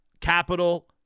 Capital